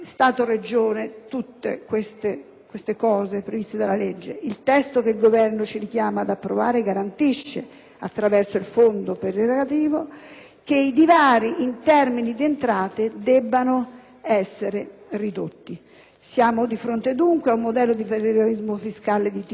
quanto previsto dalla legge. Il testo che il Governo ci chiama ad approvare garantisce, attraverso il fondo perequativo, che i divari in termini di entrate debbano essere ridotti. Siamo di fronte, dunque, ad un modello di federalismo fiscale di tipo solidaristico e cooperativo